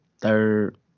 third